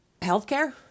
healthcare